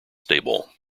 stable